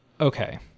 okay